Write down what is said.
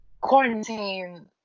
quarantine